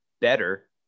better